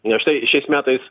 nes štai šiais metais